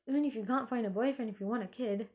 I mean if you cannot find a boyfriend if you want a kid